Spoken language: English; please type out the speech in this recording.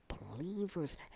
believers